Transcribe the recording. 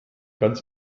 ganz